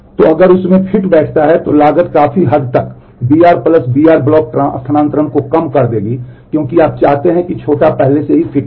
तो अगर यह उस में फिट बैठता है तो लागत काफी हद तक br bl block स्थानान्तरण को कम कर देगी क्योंकि आप चाहते हैं कि छोटा पहले से ही फिट हो